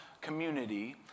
community